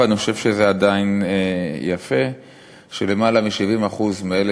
אני חושב שזה עדיין יפה שלמעלה מ-70% מאלה